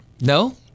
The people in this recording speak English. No